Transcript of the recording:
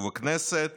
ובכנסת